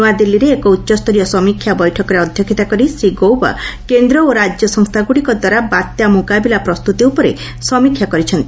ନୂଆଦିଲ୍ଲୀରେ ଏକ ଉଚ୍ଚସ୍ତରୀୟ ସମୀକ୍ଷା ବୈଠକରେ ଅଧ୍ୟକ୍ଷତା କରି ଶ୍ରୀ ଗୌବା କେନ୍ଦ୍ର ଓ ରାଜ୍ୟ ସଂସ୍ଥାଗୁଡ଼ିକ ଦ୍ୱାରା ବାତ୍ୟା ମୁକାବିଲା ପ୍ରସ୍ତୁତି ଉପରେ ସମୀକ୍ଷା କରିଛନ୍ତି